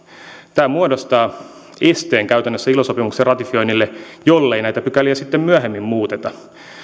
tämä muodostaa käytännössä esteen ilo sopimuksen ratifioinnille jollei näitä pykäliä sitten myöhemmin muuteta